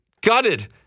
gutted